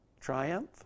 Triumph